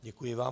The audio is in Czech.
Děkuji vám.